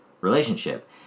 relationship